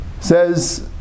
says